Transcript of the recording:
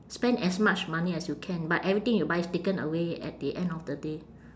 spend as much money as you can but everything you buy is taken away at the end of the day